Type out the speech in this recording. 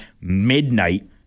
midnight